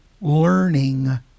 learning